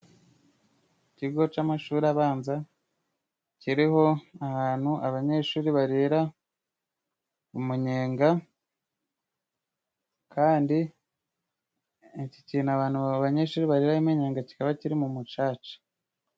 Ikigo cy'amashuri abanza, kiriho ahantu abanyeshuri barira umunyenga ,kandi iki kintu abantu ba abanyeshuri bariraho umunyega kikaba kiri mu mucaca.